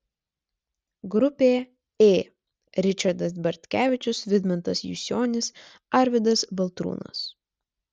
grupė ė ričardas bartkevičius vidmantas jusionis arvydas baltrūnas